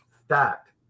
stacked